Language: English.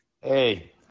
Hey